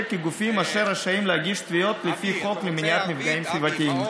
כגופים אשר רשאים להגיש תביעות לפי החוק למניעת מפגעים סביבתיים.